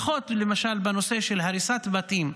לפחות בנושא של הריסת בתים,